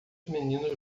meninos